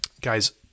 Guys